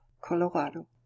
Colorado